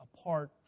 apart